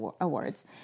awards